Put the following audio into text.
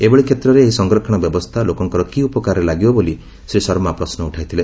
ଏଭଳି କ୍ଷେତ୍ରରେ ଏହି ସଂରକ୍ଷଣ ବ୍ୟବସ୍ଥା ଲୋକଙ୍କର କି ଉପକାରରେ ଲାଗିବ ବୋଲି ଶ୍ରୀ ଶର୍ମା ପ୍ରଶ୍ନ ଉଠାଇଥିଲେ